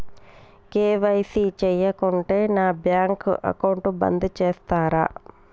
KYC చేయకుంటే నా bank account బంద్ చేస్తరా?